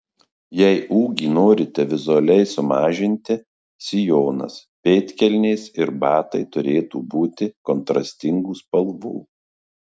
jei ūgį norite vizualiai sumažinti sijonas pėdkelnės ir batai turėtų būti kontrastingų spalvų